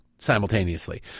simultaneously